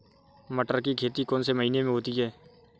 मटर की खेती कौन से महीने में होती है?